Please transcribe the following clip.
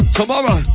Tomorrow